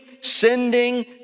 sending